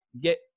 get